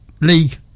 League